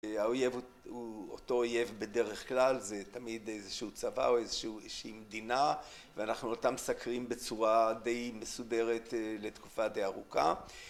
האויב הוא אותו אויב בדרך כלל, זה תמיד איזושהי צבא או איזושהי מדינה, ואנחנו אותה מסקרים בצורה די מסודרת לתקופה די ארוכה